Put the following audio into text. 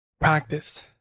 practice